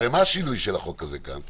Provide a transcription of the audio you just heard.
הרי מה השינוי של החוק הזה כאן?